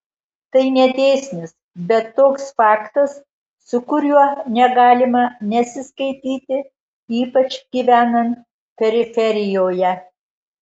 tai ne dėsnis bet toks faktas su kuriuo negalima nesiskaityti ypač gyvenant periferijoje